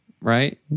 Right